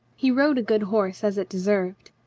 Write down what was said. he rode a good horse as it' de served.